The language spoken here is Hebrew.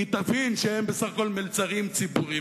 הם יבינו שהם בסך הכול מלצרים ציבוריים.